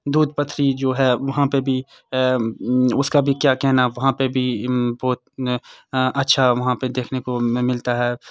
دودھ پتھری جو ہے وہاں پہ بھی اس کا بھی کیا کہنا وہاں پہ بھی بہت اچھا وہاں پہ دیکھنے کو ملتا ہے